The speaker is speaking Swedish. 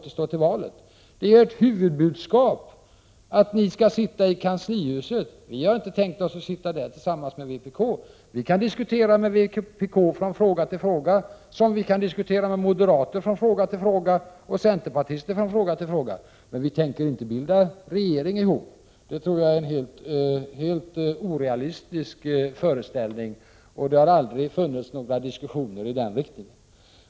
Ert huvudbudskap är att ni skall sitta i kanslihuset tillsammans. Vi har inte tänkt oss att sitta där tillsammans med vpk. Vi kan diskutera med vpk från fråga till fråga, på samma sätt som vi kan diskutera med moderater från fråga till fråga och med centerpartister från fråga till fråga, men vi tänker inte bilda regering ihop med vpk— det tror jag är en helt orealistisk föreställning. Det har aldrig förts någon diskussion i den riktningen.